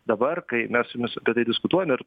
dabar kai mes su jumis apie tai diskutuojame ir